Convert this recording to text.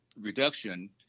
reduction